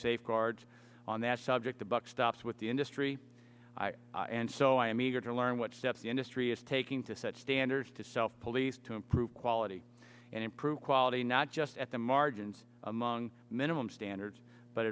safeguards on that subject the buck stops with the industry and so i am eager to learn what steps the industry is taking to set standards to self police to improve quality and improve quality not just at the margins among minimum standards but